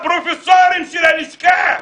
הפרופסורים של הלשכה,